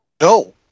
No